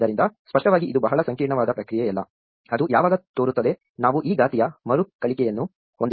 ಆದ್ದರಿಂದ ಸ್ಪಷ್ಟವಾಗಿ ಇದು ಬಹಳ ಸಂಕೀರ್ಣವಾದ ಪ್ರಕ್ರಿಯೆಯಲ್ಲ ಅದು ಯಾವಾಗ ತೋರುತ್ತದೆ ನಾವು ಈ ಘಾತೀಯ ಮರುಕಳಿಕೆಯನ್ನು ಹೊಂದಿದ್ದೇವೆ